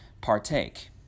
partake